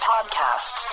Podcast